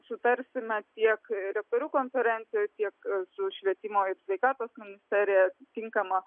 sutarsime tiek rektorių konferencijoj tiek su švietimo ir sveikatos ministerija tinkamą